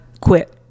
quit